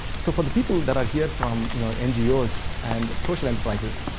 so, for the people that are here from you know ngos and social enterprises,